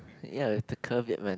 ya to